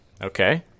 Okay